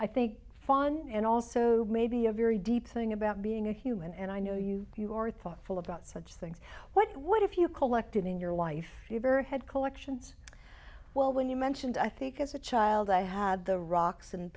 i think fun and also maybe a very deep thing about being a human and i know you you are thoughtful about such things what if you collected in your life your head collections well when you mentioned i think as a child i had the rocks and